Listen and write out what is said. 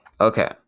Okay